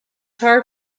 hard